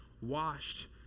washed